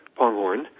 Ponghorn